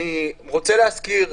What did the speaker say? אני רוצה להזכיר,